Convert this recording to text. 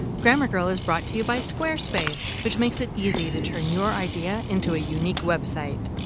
grammar girl is brought to you by squarespace, which makes it easy to turn your idea into a unique website.